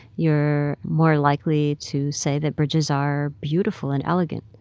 you're more likely to say that bridges are beautiful and elegant.